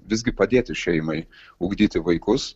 visgi padėti šeimai ugdyti vaikus